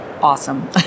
awesome